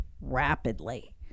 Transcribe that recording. rapidly